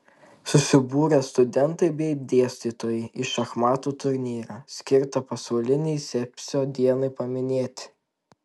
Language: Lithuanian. susibūrė studentai bei dėstytojai į šachmatų turnyrą skirtą pasaulinei sepsio dienai paminėti